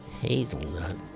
Hazelnut